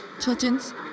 Children's